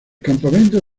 campamento